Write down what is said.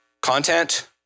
Content